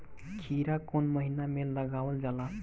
खीरा कौन महीना में लगावल जाला?